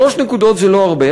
שלוש נקודות זה לא הרבה,